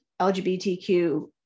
LGBTQ